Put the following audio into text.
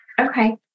Okay